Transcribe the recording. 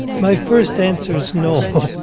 my first answer's no